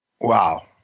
wow